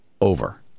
over